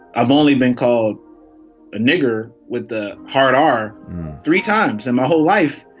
i've only been called a nigger with the heart are three times in my whole life,